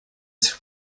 сих